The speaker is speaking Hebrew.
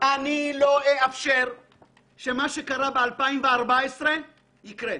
אני לא אאפשר שמה שקרה ב-2014 יקרה.